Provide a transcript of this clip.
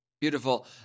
Beautiful